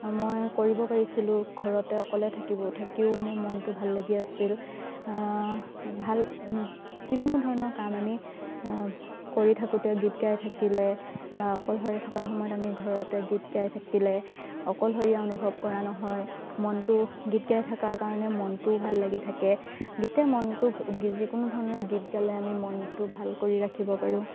মই কৰিব পাৰিছিলোঁ ঘৰতে অকলে থাকিব থাকিও মোৰ মনটো ভাল লাগি আছিল ভাল যিকোনো ধৰণৰ কাম আমি কৰি থাকোঁতে গীত গাই থাকিলে বা অকলশৰে থকা সময়ত আমি ঘৰতে গীত গাই থাকিলে অকলশৰীয়া অনুভৱ কৰা নহয় মনটো গীত গাই থকাৰ কাৰণে মনটোও ভাল লাগি থাকে গীতে মনটো যিকোনো ধৰণৰ গীত গালে আমি মনটো ভাল কৰি ৰাখিব পাৰোঁ